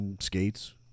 skates